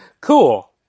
cool